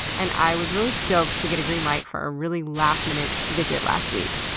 and i was really stoked to get a green light for a really last-minute visit last week.